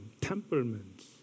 temperaments